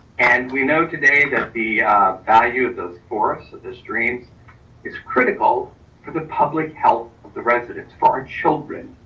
and we know today that the value of those forests, ah this streams is critical for the public health of the residents, for our children,